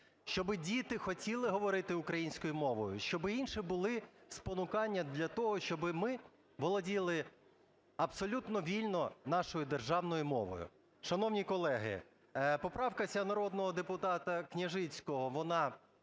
щоб діти хотіли говорити українською мовою, щоб інші були спонукання для того, щоб ми володіли абсолютно вільно нашою державною мовою. Шановні колеги, поправка ця народного депутата Княжицького, вона